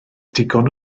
digon